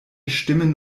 stimmen